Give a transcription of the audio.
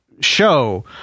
show